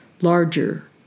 larger